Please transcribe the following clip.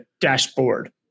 dashboard